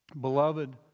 Beloved